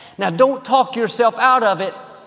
now, don't talk yourself out of it,